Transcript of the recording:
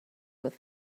what